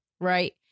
right